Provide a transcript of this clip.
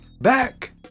back